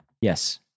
Yes